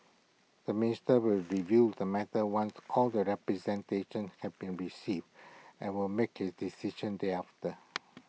the minister will review the matter once all the representations have been received and will make his decisions thereafter